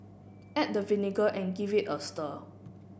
add the vinegar and give it a stir